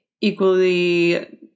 equally –